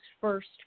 first